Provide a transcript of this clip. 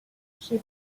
she